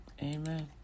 Amen